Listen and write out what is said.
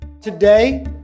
Today